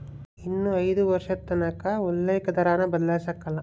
ಇನ್ನ ಐದು ವರ್ಷದತಕನ ಉಲ್ಲೇಕ ದರಾನ ಬದ್ಲಾಯ್ಸಕಲ್ಲ